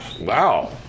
Wow